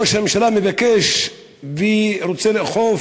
כשראש הממשלה מבקש ורוצה לאכוף,